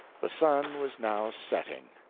the sun was now setting.